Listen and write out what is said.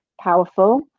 powerful